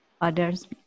others